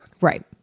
right